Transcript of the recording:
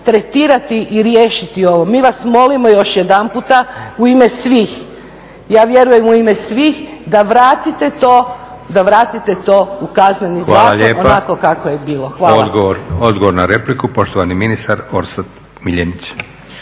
tretirati i riješiti ovo? Mi vas molimo još jedanputa u ime svih, ja vjerujem u ime svih, da vratite to u Kazneni zakon onako kako je bilo. Hvala. **Leko, Josip (SDP)** Hvala lijepa. Odgovor na repliku, poštovani ministar Orsat Miljenić.